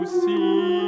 see